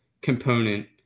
component